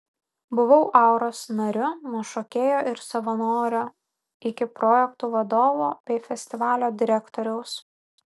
buvau auros nariu nuo šokėjo ir savanorio iki projektų vadovo bei festivalio direktoriaus